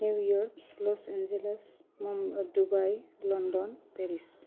New York Los Angeles Dubai London Paris